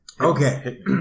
Okay